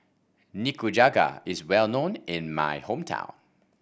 Nikujaga is well known in my hometown